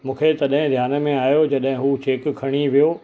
मूंखे तॾहिं ध्यान में आहियो जॾहिं हू चेक खणी वियो